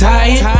Tired